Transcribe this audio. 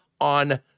on